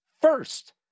first